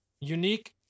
unique